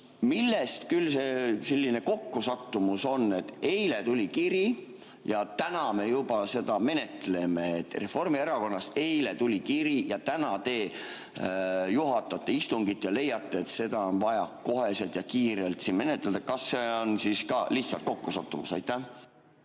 Millest küll selline kokkusattumus, et eile tuli kiri ja täna me juba seda menetleme? Reformierakonnast eile tuli kiri ja täna te juhatate istungit ja leiate, et seda on vaja kohe ja kiirelt siin menetleda. Kas see on siis ka lihtsalt kokkusattumus? Tänan,